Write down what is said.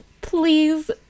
please